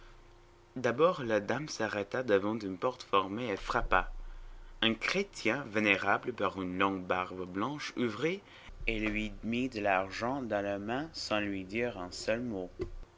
d'abord la dame s'arrêta devant une porte formée et frappa un chrétien vénérable par une longue barbe blanche ouvrit et elle lui mit de l'argent dans la main sans lui dire un seul mot